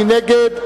מי נגד?